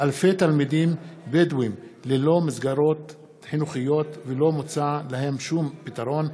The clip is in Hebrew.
אלפי תלמידים בדואים ללא מסגרות חינוכיות ולא מוצע להם שום פתרון.